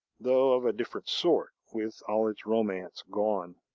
though of a different sort, with all its romance gone.